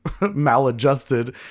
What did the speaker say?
maladjusted